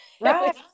Right